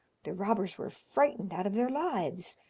the robbers were frightened out of their lives.